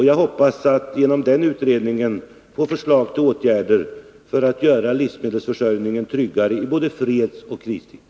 Jag hoppas genom denna utredning få fram förslag till åtgärder för att göra livsmedelsförsörjningen tryggare i både fredsoch kristid.